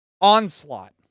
onslaught